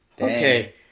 Okay